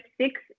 six